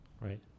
Right